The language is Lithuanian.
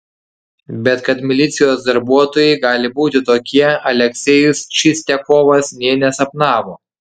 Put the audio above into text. bet kad milicijos darbuotojai gali būti tokie aleksejus čistiakovas nė nesapnavo